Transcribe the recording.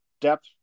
depth